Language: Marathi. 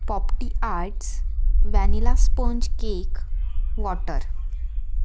पॉप्टी arts vanilla sponge cake water